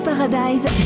Paradise